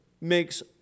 makes